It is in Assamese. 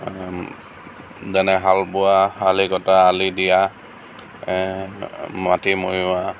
যেনে হাল বোৱা আলি কটা আলি দিয়া মাটি মৈয়োৱা